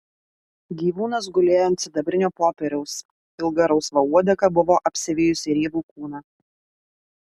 gyvūnas gulėjo ant sidabrinio popieriaus ilga rausva uodega buvo apsivijusi riebų kūną